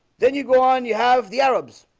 then you go on you have the arabs